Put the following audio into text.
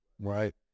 right